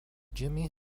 jimmy